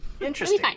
Interesting